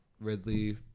Ridley